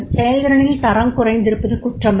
செயல்திறனில் தரம் குறைந்திருப்பது குற்றமில்லை